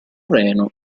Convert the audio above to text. reno